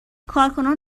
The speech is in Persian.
کارکنان